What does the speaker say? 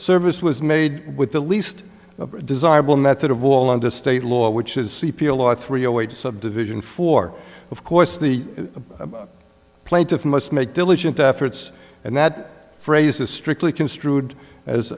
service was made with the least desirable method of all under state law which is sepia law three a way to subdivision for of course the plaintiff must make diligent efforts and that phrase is strictly construed as